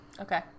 Okay